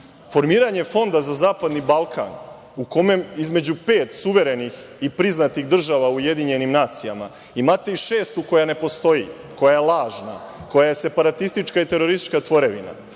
Kosova. Formiranje Fonda za zapadni Balkan u kome između pet suverenih i priznatih država UN imate i šestu koja ne postoji, koja je lažna, koja je separatistička i teroristička tvorevina,